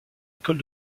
école